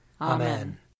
Amen